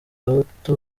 gahutu